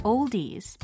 Oldies